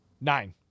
nine